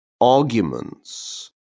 arguments